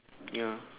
ya